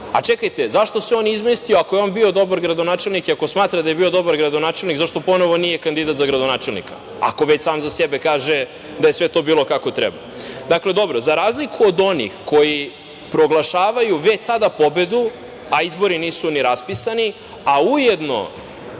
čekajte, zašto se izmestio ako je bio dobar gradonačelnik i ako smatra da je bio dobar gradonačelnik, zašto ponovo nije kandidat za gradonačelnika, ako već sam za sebe kaže da je sve to bilo kako treba? Dakle, za razliku od onih koji proglašavaju već sada pobedu, a izbori nisu ni raspisani, a ujedno